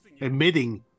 admitting